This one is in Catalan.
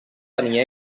tenir